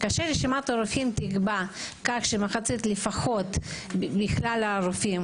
כאשר רשימת הרופאים תיקבע כך שמחצית לפחות מכלל הרופאים